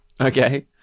Okay